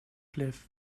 cliff